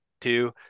two